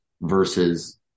versus